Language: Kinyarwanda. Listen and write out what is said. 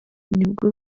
nibwo